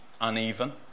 uneven